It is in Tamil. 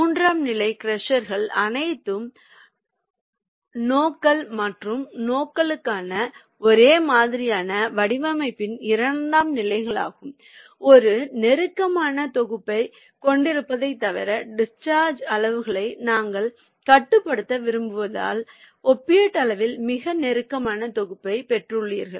மூன்றாம் நிலை க்ரஷர்கள் அனைத்து நோக்கங்கள் மற்றும் நோக்கங்களுக்காக ஒரே மாதிரியான வடிவமைப்பின் இரண்டாம் நிலைகளாகும் ஒரு நெருக்கமான தொகுப்பைக் கொண்டிருப்பதைத் தவிர டிஸ்சார்ஜ் அளவுகளை நாங்கள் கட்டுப்படுத்த விரும்புவதால் ஒப்பீட்டளவில் மிக நெருக்கமான தொகுப்பைப் பெற்றுள்ளீர்கள்